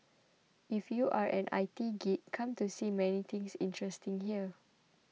if you are an I T geek come to see many things interesting here